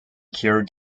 cure